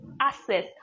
access